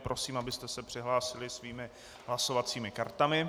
Prosím, abyste se přihlásili svými hlasovacími kartami.